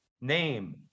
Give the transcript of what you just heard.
name